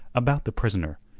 about the prisoner,